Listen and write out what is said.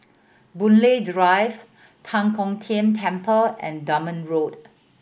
Boon Lay Drive Tan Kong Tian Temple and Dunman Road